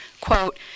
quote